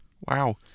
Wow